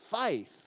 faith